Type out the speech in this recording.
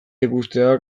ikusteak